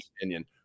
opinion